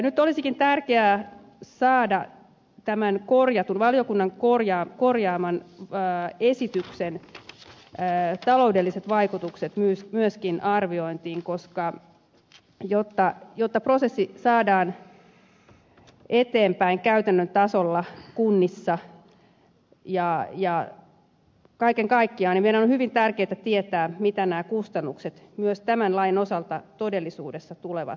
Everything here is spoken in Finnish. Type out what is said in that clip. nyt olisikin tärkeää saada tämän valiokunnan korjaaman esityksen taloudelliset vaikutukset myöskin arviointiin jotta prosessi saadaan eteenpäin käytännön tasolla kunnissa ja kaiken kaikkiaan meidän on hyvin tärkeätä tietää mitkä nämä kustannukset myös tämän lain osalta todellisuudessa tulevat olemaan